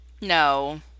no